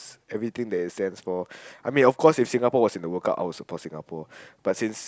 everything that is damn small I mean of course if Singapore was in the World Cup I would support Singapore but since